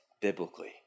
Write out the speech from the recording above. biblically